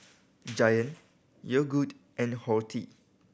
Giant Yogood and Horti